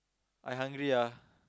I hungry ah